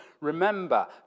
remember